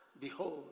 Behold